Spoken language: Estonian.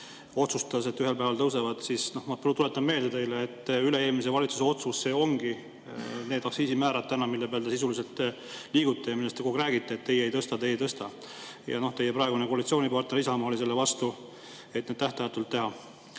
otsustas, et ühel päeval need tõusevad. Ma tuletan meelde, et üle-eelmise valitsuse otsus see ongi, need aktsiisimäärad täna, mille peal te sisuliselt liigute ja millest te kogu aeg räägite, et teie ei tõsta, teie ei tõsta. Ja teie praegune koalitsioonipartner Isamaa oli selle vastu, et need tähtajatult teha. Aga